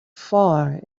far